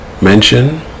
mention